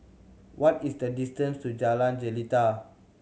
what is the distance to Jalan Jelita